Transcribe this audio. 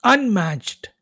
Unmatched